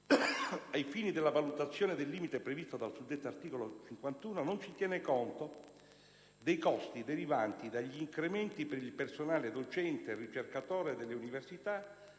ai fini della valutazione del limite previsto dal suddetto articolo 51, non si tiene conto... dei costi derivanti dagli incrementi per il personale docente e ricercatore delle università,